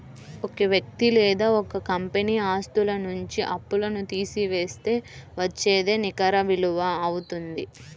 ఒక వ్యక్తి లేదా ఒక కంపెనీ ఆస్తుల నుంచి అప్పులను తీసివేస్తే వచ్చేదే నికర విలువ అవుతుంది